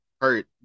hurt